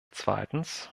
zweitens